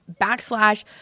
backslash